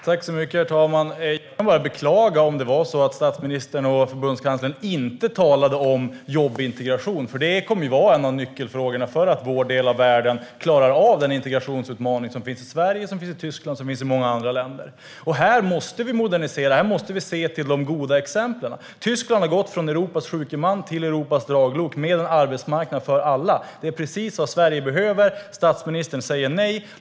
Herr talman! Jag kan bara beklaga om det var så att statsministern och förbundskanslern inte talade om jobb och integration, för det kommer att vara en av nyckelfrågorna för att vår del av världen ska klara av den integrationsutmaning som finns i Sverige, i Tyskland och i många andra länder. Här måste vi modernisera och se till de goda exemplen. Tyskland har gått från Europas sjuke man till Europas draglok med en arbetsmarknad för alla. Det är precis vad Sverige behöver. Statsministern säger nej.